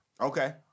Okay